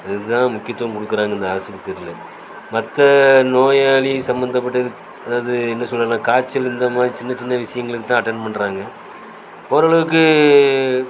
அதற்கு தான் முக்கியத்துவம் கொடுக்குறாங்க இந்த ஆஸ்பத்திரியில மற்ற நோயாளி சம்பந்தப்பட்டது அதாவது என்ன சொல்லன்னா காய்ச்சல் இந்த மாதிரி சின்னச்சின்ன விஷயங்களுக்கு தான் அட்டெண்ட் பண்ணுறாங்க ஓரளவுக்கு